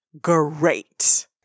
great